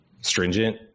stringent